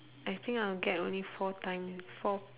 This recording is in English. I think I'll get only four time four